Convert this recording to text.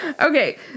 Okay